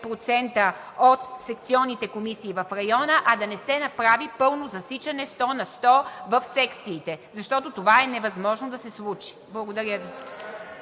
от секционните комисии в района, а да не се направи пълно засичане 100 на 100 в секциите, защото това е невъзможно да се случи. Благодаря Ви.